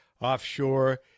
offshore